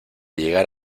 llegar